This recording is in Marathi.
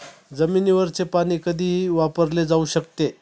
जमिनीवरचे पाणी कधीही वापरले जाऊ शकते